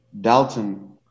Dalton